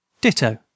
Ditto